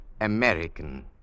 American